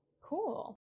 Cool